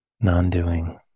Non-doing